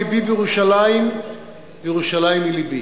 לבי בירושלים וירושלים היא לבי.